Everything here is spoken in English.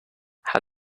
how